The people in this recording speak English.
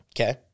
Okay